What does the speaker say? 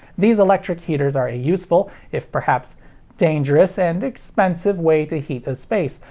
these electric heaters are a useful, if perhaps dangerous and expensive way to heat a space.